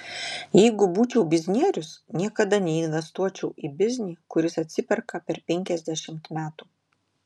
jeigu būčiau biznierius niekada neinvestuočiau į biznį kuris atsiperka per penkiasdešimt metų